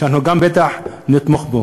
שאנחנו גם בטח נתמוך בו.